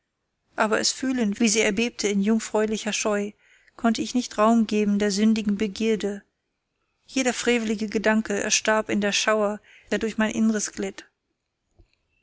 aber es fühlend wie sie erbebte in jungfräulicher scheu konnte ich nicht raum geben der sündlichen begierde jeder frevelige gedanke erstarb in dem schauer der durch mein innres glitt